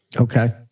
Okay